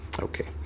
Okay